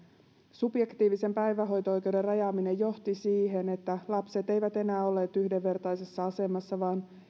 subjektiivisen päivähoito oikeuden rajaaminen johti siihen että lapset eivät enää olleet yhdenvertaisessa asemassa vaan